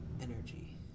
energy